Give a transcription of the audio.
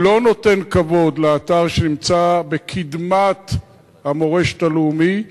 לא נותן כבוד לאתר שנמצא בקדמת המורשת הלאומית,